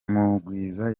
mugwiza